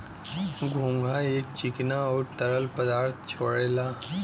घोंघा एक चिकना आउर तरल पदार्थ छोड़ेला